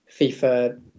FIFA